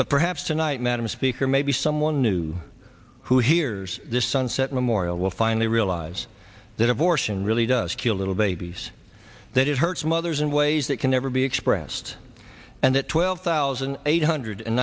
but perhaps tonight madam speaker maybe someone new who hears this sunset memorial will finally realize that abortion really does kill little babies that it hurts mothers in ways that can never be expressed and that twelve thousand eight hundred